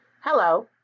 Hello